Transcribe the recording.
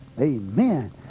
Amen